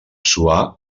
suar